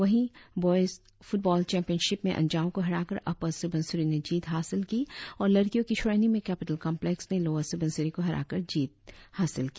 वहीं boys football championship में अंजाव को हराकर अपर सुबनसिरी ने जीत हासिल की और लड़कियों की श्रेणी में कैपिटल कॉमप्लेक्स ने लोअर सुबनसिरी को हराकर जीत हासिल की